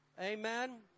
amen